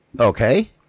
Okay